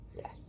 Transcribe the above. yes